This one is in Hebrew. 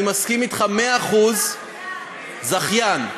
אני מסכים אתך במאה אחוז, כולם, זכיין.